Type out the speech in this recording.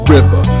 River